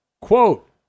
Quote